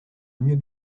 mieux